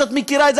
שאת מכירה את זה,